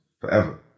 Forever